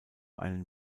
einen